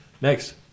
Next